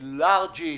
היא לארג'ית,